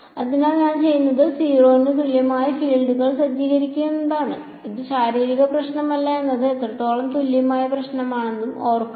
ഇവിടെ ഞാൻ ചെയ്യുന്നത് 0 ന് തുല്യമായ ഫീൽഡുകൾ സജ്ജീകരിക്കുക എന്നതാണ് ഇത് ശാരീരിക പ്രശ്നമല്ല എന്നത് എത്രത്തോളം തുല്യമായ പ്രശ്നമാണെന്ന് ഓർമ്മിക്കുക